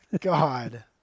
God